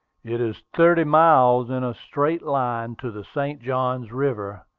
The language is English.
it is thirty miles in a straight line to the st. johns river,